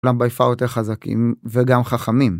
כולם ביי פר יותר חזקים וגם חכמים.